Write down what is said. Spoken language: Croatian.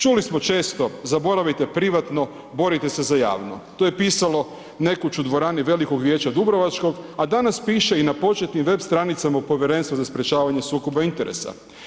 Čuli smo često, zaboravite privatno, borite se za javno, to je pisano nekoć u dvorani velikog vijeća dubrovačkog, a danas piše i na početnim web stranicama u Povjerenstvu za sprječavanje sukoba interesa.